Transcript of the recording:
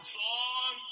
song